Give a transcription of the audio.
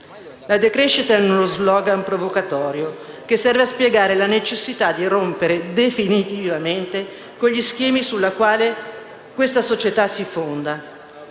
La decrescita è uno slogan provocatorio, che serve a spiegare la necessità di rompere definitivamente con gli schemi sui quali questa società si fonda,